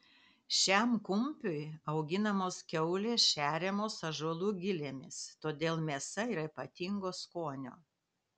šiam kumpiui auginamos kiaulės šeriamos ąžuolų gilėmis todėl mėsa yra ypatingo skonio